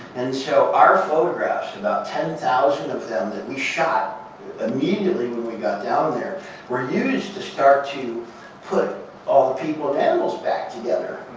and so our photographs, about ten thousand of them that we shot immediately when we got down there were used to start to put all the people and animals back together.